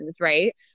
right